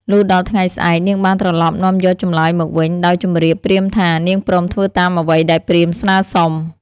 លុះដល់ថ្ងៃស្អែក នាងបានត្រឡប់នាំយកចម្លើយមកវិញ ដោយជម្រាបព្រាហ្មណ៍ថា នាងព្រមធ្វើតាមអ្វីដែលព្រាហ្មណ៍ស្នើសុំ។